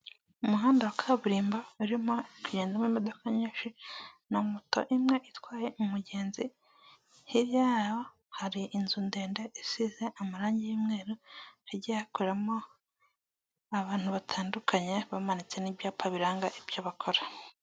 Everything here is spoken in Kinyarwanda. Umuhanda wa kaburimbo uri kugendwamo imodoka nyinshi na moto imwe itwaye umugenzi, hirya yaho yaho hari inzu ndende isize amarangi y'umweru hagiye hakoramo abantu batandukanye bamanitse n'ibyapa biranga ibyo bakora.